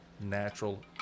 natural